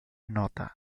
nota